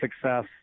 success